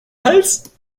hals